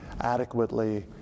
adequately